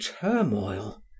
turmoil